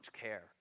care